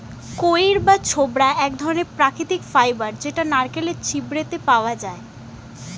কইর বা ছোবড়া এক ধরণের প্রাকৃতিক ফাইবার যেটা নারকেলের ছিবড়েতে পাওয়া যায়